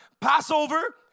Passover